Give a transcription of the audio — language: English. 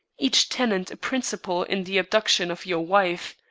each tenant a principal in the abduction of your wife.